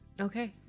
Okay